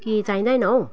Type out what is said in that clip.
कि चाहिँदैन हौ